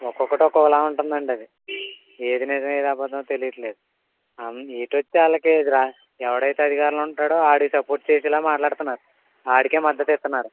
ఒకొక్కటి ఒకొక్కలా ఉంటుందండీ అది ఏది నిజం ఏది అబద్దమో తెలియట్లేదు అవును ఏటొస్తే వాళ్ళకి ఎవడైతే అధికారంలో ఉంటాడో వాడికి సపోర్ట్ చేసేలా మాట్లాడుతున్నారు వాడికే మద్దత్తిస్తున్నారు